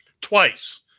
Twice